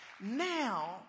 Now